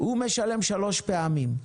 הוא משלם שלוש פעמים.